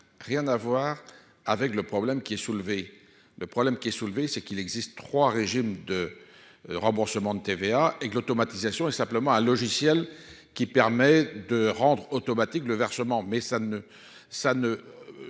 rien à voir avec le problème qui est soulevé le problème qui est soulevé, c'est qu'il existe 3 régimes de remboursement de TVA et de l'automatisation et simplement un logiciel qui permet de rendre automatique le versement mais ça ne